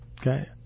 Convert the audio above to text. Okay